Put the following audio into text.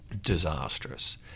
disastrous